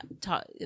talk